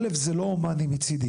א' זה לא הומני מצידי,